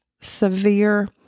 severe